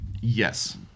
yes